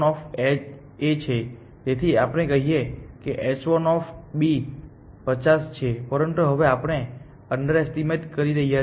તે તેથી આપણે કહીએ કે h1 50 છે પરંતુ હવે આપણે અંડરએસ્ટીમેટ કરી રહ્યા છીએ